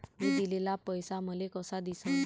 मी दिलेला पैसा मले कसा दिसन?